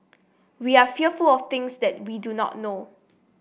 we are fearful of things that we do not know